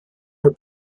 her